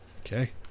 Okay